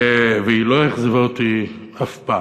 והיא לא אכזבה אותי אף פעם,